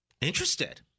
interested